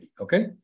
Okay